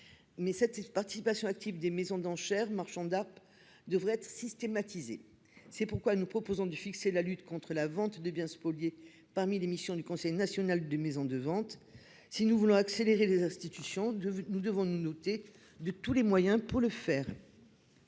cette cette participation active des maisons d'enchères marchande Apps devraient être systématisés. C'est pourquoi nous proposons de fixer la lutte contre la vente des biens spoliés parmi les missions du Conseil national maison de vente. Si nous voulons accélérer les institutions de nous devons douter de tous les moyens pour le faire.